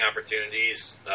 opportunities